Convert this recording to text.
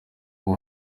uba